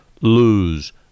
lose